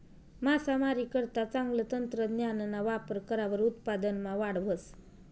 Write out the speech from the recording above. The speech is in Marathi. मासामारीकरता चांगलं तंत्रज्ञानना वापर करावर उत्पादनमा वाढ व्हस